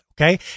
okay